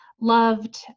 loved